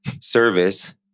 service